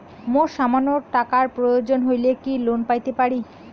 মোর সামান্য টাকার প্রয়োজন হইলে কি লোন পাইতে পারি?